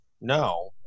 no